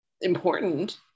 important